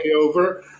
over